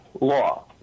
law